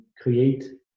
create